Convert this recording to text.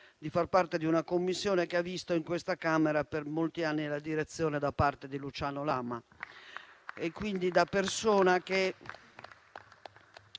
di far parte di una Commissione che ha visto in questo ramo del Parlamento, per molti anni, la direzione da parte di Luciano Lama.